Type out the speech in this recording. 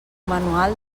manual